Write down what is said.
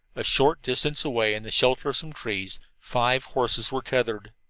a short distance away, in the shelter of some trees, five horses were tethered.